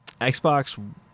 Xbox